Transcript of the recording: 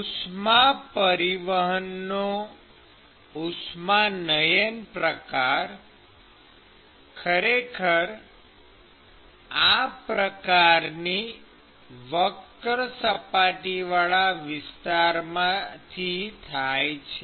ઉષ્મા પરિવહનનો ઉષ્માનયન પ્રકાર ખરેખર આ પદાર્થની વક્ર સપાટીવાળા વિસ્તારમાંથી થાય છે